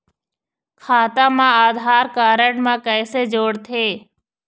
खाता मा आधार कारड मा कैसे जोड़थे?